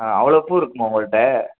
ஆ அவ்வளோ பூ இருக்குமா உங்கள்கிட்ட